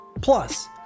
Plus